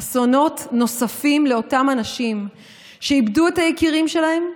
אסונות נוספים לאותם אנשים שאיבדו את היקירים שלהם,